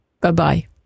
Bye-bye